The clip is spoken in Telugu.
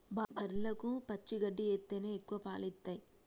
బర్లకు పచ్చి గడ్డి ఎత్తేనే ఎక్కువ పాలు ఇత్తయ్